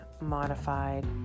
modified